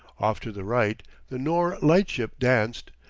off to the right the nore lightship danced,